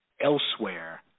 elsewhere